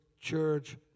church